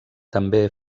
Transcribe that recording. també